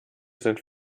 sind